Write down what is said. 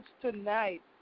tonight